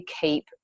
keep